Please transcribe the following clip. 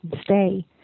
stay